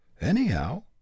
anyhow